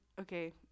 Okay